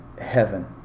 heaven